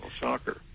Soccer